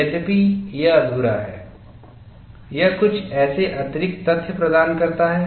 यद्यपि यह अधूरा है यह कुछ ऐसे अतिरिक्त तथ्य प्रदान करता है